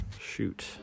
Shoot